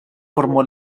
formó